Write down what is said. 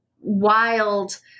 wild